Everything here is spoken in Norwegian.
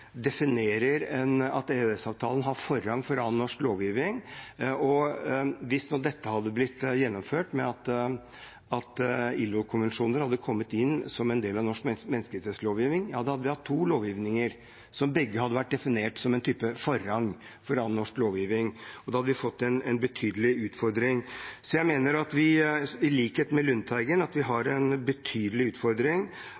at EØS-avtalen har forrang foran all norsk lovgivning. Hvis det hadde blitt gjennomført at ILO-konvensjoner hadde kommet inn som en del av norsk menneskerettslovgivning, hadde vi hatt to lovgivninger, som begge hadde vært definert til å ha en type forrang foran all norsk lovgivning. Da hadde vi fått en betydelig utfordring. Jeg mener i likhet med Lundteigen at vi